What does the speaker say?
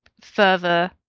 further